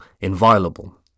inviolable